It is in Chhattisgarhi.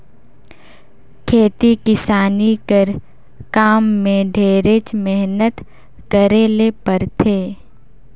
खेती किसानी कर काम में ढेरेच मेहनत करे ले परथे